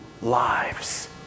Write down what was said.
lives